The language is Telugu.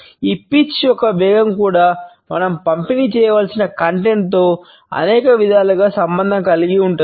ఈ పిచ్ అనేక విధాలుగా సంబంధం కలిగి ఉంటుంది